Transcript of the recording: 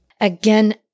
Again